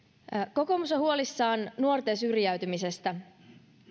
kokoomus on huolissaan nuorten syrjäytymisestä